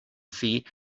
see